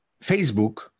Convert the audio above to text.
Facebook